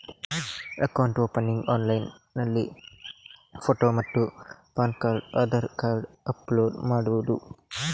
Account opening ಆನ್ಲೈನ್ನಲ್ಲಿ photo ಮತ್ತು PAN card Aadhaar card upload ಮಾಡುವುದು?